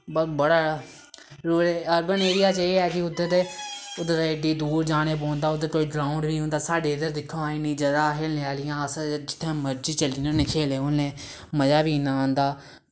ब बड़ा rural urban area च एह् ऐ कि उद्धर उद्धर एड्डी दूर जाने पौंदे इद्धर कोई ग्राउंड नी होंदा साढ़े इद्धर दिक्खो हां इ'न्नी जगह् ऐ खेलने आह्लियां अस जित्थें मर्जी चली जन्ने होन्ने खेलने खूलने गी मज़ा बी इन्ना आंदा